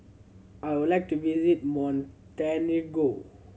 I would like to visit Montenegro